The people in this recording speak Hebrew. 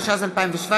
התשע"ז 2017,